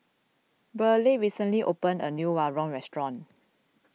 Burleigh recently opened a new Rawon Restaurant